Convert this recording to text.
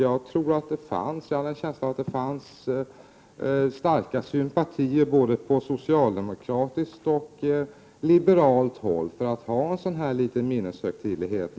Jag hade en känsla av att det fanns starka sympatier både på socialdemokratiskt och liberalt håll för att ha en liten minneshögtidlighet.